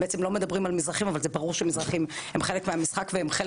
לא מדברים על מזרחים אבל זה ברור שמזרחים הם חלק מהמשחק וחלק